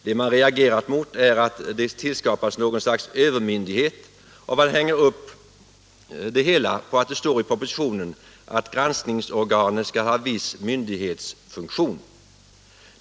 Vad man reagerat mot är att det tillskapas något slags övermyndighet, och man hänger upp det hela på att det står i propositionen att granskningsorganet skall ha viss myndighetsfunktion.